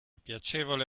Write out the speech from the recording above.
piacevole